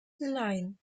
nein